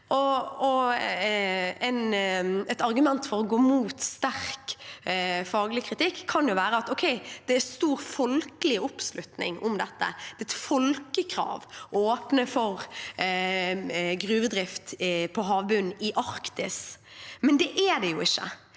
Et argument for å gå imot sterk faglig kritikk kan jo være at det er stor folkelig oppslutning om dette, at det er et folkekrav å åpne for gruvedrift på havbunnen i Arktis, men det er det jo ikke.